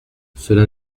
cela